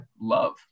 love